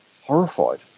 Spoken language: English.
horrified